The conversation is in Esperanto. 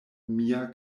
mia